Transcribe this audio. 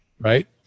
Right